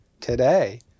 today